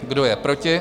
Kdo je proti?